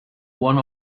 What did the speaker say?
one